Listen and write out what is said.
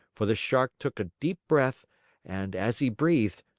for the shark took a deep breath and, as he breathed,